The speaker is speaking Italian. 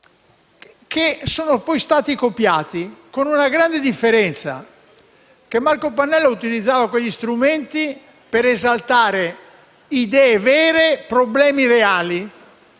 che poi sono stati copiati, con una grande differenza: Marco Pannella utilizzava quegli strumenti per esaltare idee vere e problemi reali;